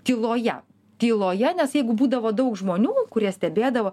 tyloje tyloje nes jeigu būdavo daug žmonių kurie stebėdavo